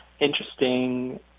interesting